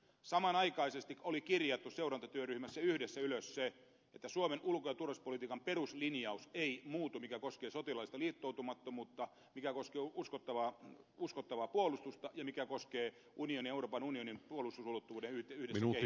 samanaikaisesti oli kirjattu seurantatyöryhmässä yhdessä ylös se että suomen ulko ja turvallisuuspolitiikan peruslinjaus ei muutu mikä koskee sotilaallista liittoutumattomuutta mikä koskee uskottavaa puolustusta ja mikä koskee euroopan unionin puolustusulottuvuuden yhdessä kehittämistä